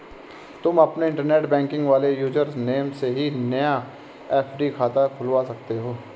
तुम अपने internet banking वाले यूज़र नेम से ही नया एफ.डी खाता खुलवा सकते हो